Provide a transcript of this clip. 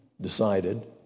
decided